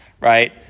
right